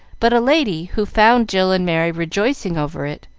but a lady, who found jill and merry rejoicing over it,